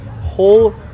whole